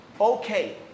Okay